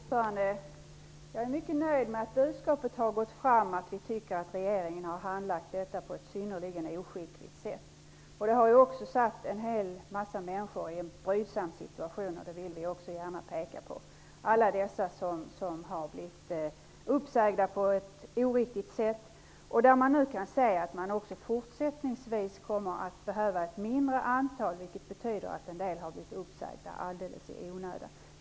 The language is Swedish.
Herr talman! Jag är mycket nöjd med att budskapet har gått fram att vi tycker att regeringen har handlagt detta ärende på ett synnerligen oskickligt sätt. Det har även försatt en hel massa människor i en brydsam situation. Det vill jag gärna peka på. Många har blivit uppsagda på ett oriktigt sätt. Man kan nu se att man även fortsättningsvis behöver ett mindre antal, vilket betyder att en del har blivit uppsagda alldeles i onödan.